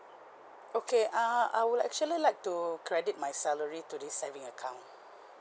okay err I would actually like to credit my salary to this saving account